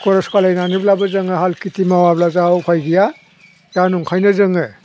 college फरायनानैब्लाबो जोङो हाल खेथि मावाब्ला जाहा उफाय गैया दा ओंखायनो जोङो